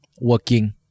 working